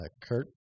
Kurt